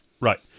right